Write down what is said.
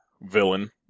villain